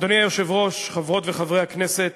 אדוני היושב-ראש, חברות וחברי הכנסת,